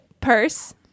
purse